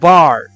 Bar